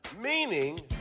Meaning